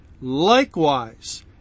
likewise